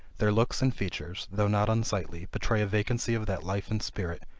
their looks and features, though not unsightly, betray a vacancy of that life and spirit,